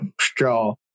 straw